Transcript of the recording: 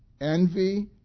envy